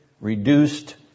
reduced